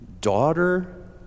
daughter